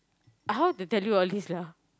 how to tell you all this lah